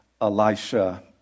Elisha